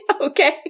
Okay